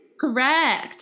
Correct